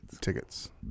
Tickets